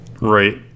Right